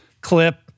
clip